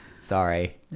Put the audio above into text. sorry